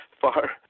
far